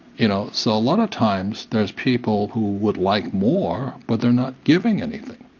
you know so a lot of times, there are people who would like more, but they're not giving anything.